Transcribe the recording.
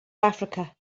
africa